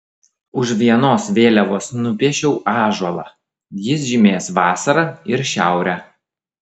už vienos vėliavos nupiešiau ąžuolą jis žymės vasarą ir šiaurę